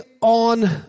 on